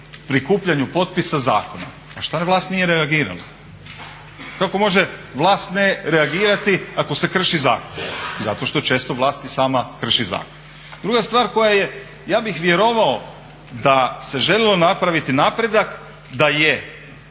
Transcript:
prikupljanju potpisa zakona. Pa šta vlast nije reagirala? Kako može vlast ne reagirati ako se krši zakon? Zato što često vlast i sama krši zakon. Druga stvar koja je, ja bih vjerovao da se željelo napraviti napredak da je